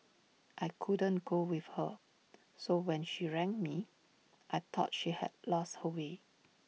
I couldn't go with her so when she rang me I thought she had lost her way